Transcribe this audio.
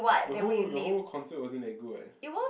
the whole the whole concert wasn't that good what